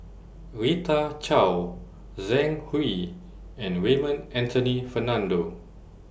Rita Chao Zhang Hui and Raymond Anthony Fernando